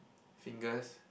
fingers